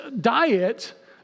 diet